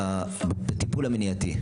בוודאי.